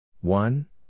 one